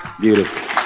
Beautiful